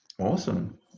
awesome